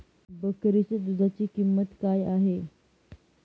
बकरीच्या दूधाची किंमत काय आहे?